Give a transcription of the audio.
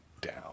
down